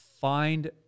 find